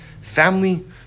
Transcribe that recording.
Family